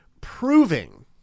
proving